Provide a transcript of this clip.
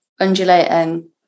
undulating